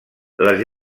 les